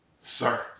Sir